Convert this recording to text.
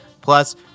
Plus